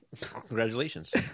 Congratulations